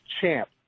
champ